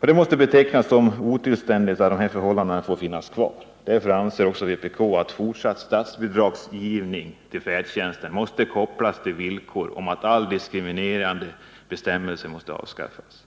Det måste betecknas som otillständigt att dessa förhållanden alltjämt råder. Därför anser vpk att fortsatt statsbidragsgivning till färdtjänsten måste kopplas till villkor om att alla diskriminerande bestämmelser avskaffas.